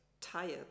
tired